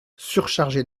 surchargé